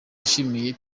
yashimiye